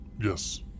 Yes